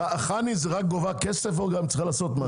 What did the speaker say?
חנ"י רק גובה כסף, או גם צריכה לעשות משהו?